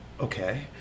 okay